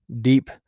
deep